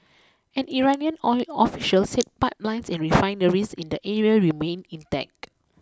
an Iranian oil official said pipelines and refineries in the area remained intact